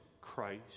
Christ